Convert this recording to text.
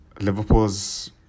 Liverpool's